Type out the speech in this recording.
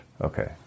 Okay